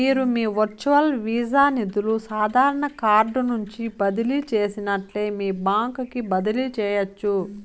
మీరు మీ virtual Visa నిదులు సాదారన కార్డు నుంచి బదిలీ చేసినట్లే మీ బాంక్ కి బదిలీ చేయచ్చు